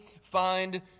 find